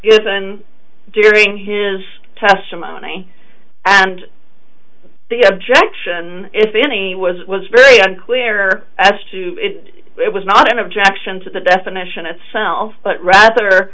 given during his testimony and the objection if any was was very unclear as to it was not an objection to the definition itself but rather